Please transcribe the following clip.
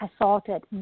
assaulted